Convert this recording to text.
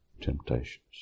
temptations